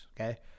okay